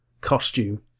costume